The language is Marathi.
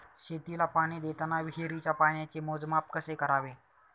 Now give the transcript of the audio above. शेतीला पाणी देताना विहिरीच्या पाण्याचे मोजमाप कसे करावे?